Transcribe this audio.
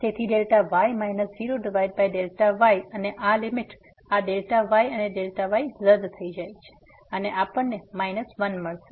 તેથી y 0y અને આ લીમીટ આ y અને y રદ થઈ જાય છે અને આપણને માઈનસ 1 મળશે